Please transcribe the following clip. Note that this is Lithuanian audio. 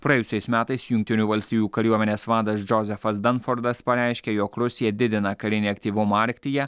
praėjusiais metais jungtinių valstijų kariuomenės vadas džozefas danfordas pareiškė jog rusija didina karinį aktyvumą arktyje